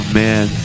man